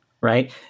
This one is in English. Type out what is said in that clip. right